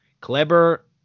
Clever